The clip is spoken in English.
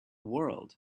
world